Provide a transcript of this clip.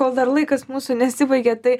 kol dar laikas mūsų nesibaigė tai